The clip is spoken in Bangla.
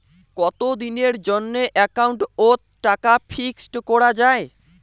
কতদিনের জন্যে একাউন্ট ওত টাকা ফিক্সড করা যায়?